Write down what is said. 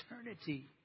eternity